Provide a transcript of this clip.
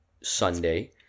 Sunday